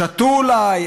שתו אולי,